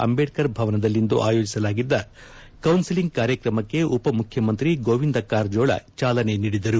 ಅಂಬೇಡ್ತರ್ ಭವನದಲ್ಲಿಂದು ಆಯೋಜಿಸಲಾಗಿದ್ದ ಕೌನ್ನಿಲಿಂಗ್ ಕಾರ್ಯಕ್ರಮಕ್ಕೆ ಉಪಮುಖ್ಯಮಂತ್ರಿ ಗೋವಿಂದ ಕಾರಜೋಳ ಚಾಲನೆ ನೀಡಿದರು